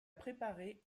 préparer